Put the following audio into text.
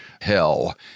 hell